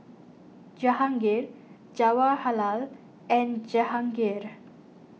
Jahangir Jawaharlal and Jehangirr